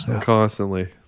constantly